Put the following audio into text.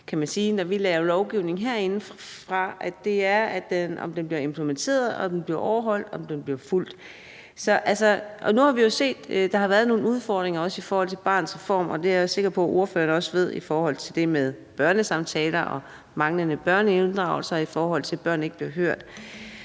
vi laver lovgivning herindefra, er, om den bliver implementeret, overholdt og fulgt. Og nu har vi jo set, at der også har været nogle udfordringer i forhold til Barnets Reform, og det er jeg sikker på ordføreren også ved, altså i forhold til det med børnesamtaler og manglende børneinddragelse, og i forhold til at børn ikke bliver hørt.